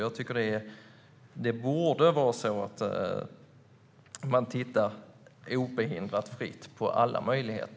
Utredningen borde obehindrat och fritt få titta på alla möjligheter.